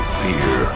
fear